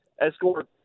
escort